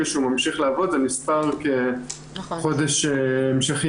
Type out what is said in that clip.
שהוא ממשיך לעבוד זה נספר כחודש המשכי.